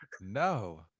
No